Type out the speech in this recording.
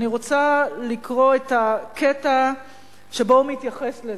רוצה לקרוא את הקטע שבו הוא מתייחס לזה,